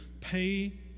pay